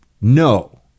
No